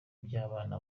by’abana